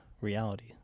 reality